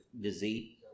disease